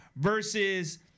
versus